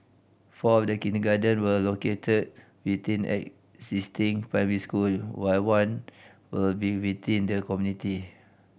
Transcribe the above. four of the kindergarten will located within existing primary school while one will be within the community